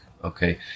okay